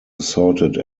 sorted